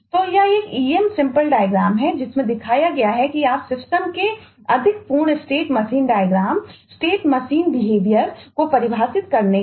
तो यह एक em सिंपल डायग्राम का उपयोग कैसे कर सकते हैं